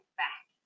back